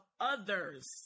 others